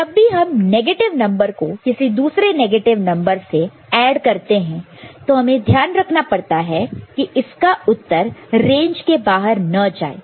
जब भी हम नेगेटिव नंबर को किसी दूसरे नेगेटिव नंबर से ऐड करते हैं तो हमें ध्यान रखना पड़ता है कि इसका उत्तर रेंज के बाहर न जाएं